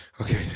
Okay